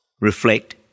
reflect